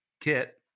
Kit